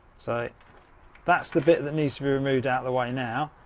so that's the bit that needs to be removed out of the way now.